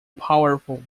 powerful